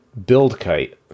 BuildKite